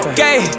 gay